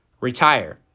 retire